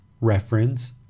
Reference